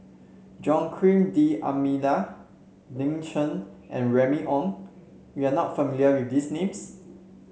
Joaquim D'Almeida Lin Chen and Remy Ong you are not familiar with these names